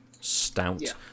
stout